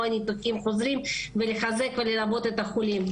ניתוחים חוזרים ולחזק וללוות את החולים.